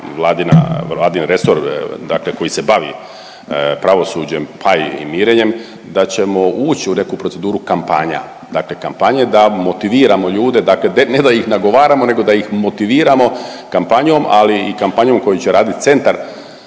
vladina, Vladin resor, dakle koji se bavi pravosuđem, pa i mirenjem da ćemo ući u neku proceduru kampanja, dakle kampanje da motiviramo ljude, dakle ne da ih nagovaramo nego da ih motiviramo kampanjom, ali i kampanjom koju će raditi Centar